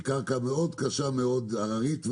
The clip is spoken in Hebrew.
שהיא קרקע קשה מאוד והררית,